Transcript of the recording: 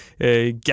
get